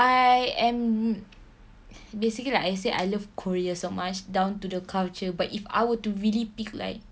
I am basically like I said I love korea so much down to the culture but if I were to really pick like